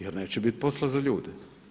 Jer neće bit posla za ljude.